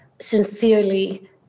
sincerely